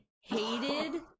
hated